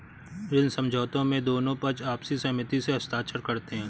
ऋण समझौते में दोनों पक्ष आपसी सहमति से हस्ताक्षर करते हैं